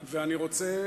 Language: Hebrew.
ואני רוצה